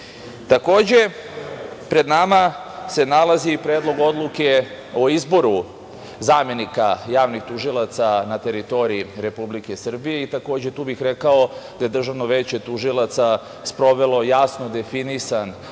odluke. Takođe, pred nama se nalazi i Predlog odluke o izboru zamenika javnih tužilaca na teritoriji Republike Srbije i takođe, tu bih rekao da je Državno veće tužilaca sprovelo jasno definisan